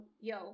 yo